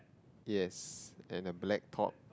yes in the black pot